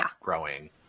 growing